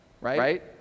right